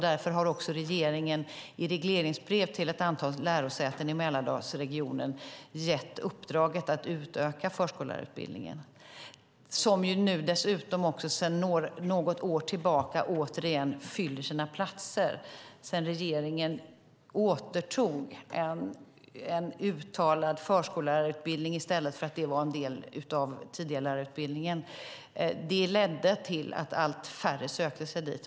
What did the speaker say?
Därför har regeringen i regleringsbrev till ett antal lärosäten i Mälardalsregionen gett uppdraget att man ska utöka förskollärarutbildningen som sedan något år tillbaka återigen fyller sina platser sedan regeringen återtog en uttalad förskollärarutbildning i stället för att den skulle vara en del av tidiglärarutbildningen, vilket ledde till att allt färre sökte sig dit.